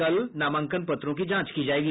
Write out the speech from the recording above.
कल नामांकन पत्रों की जांच की जाएगी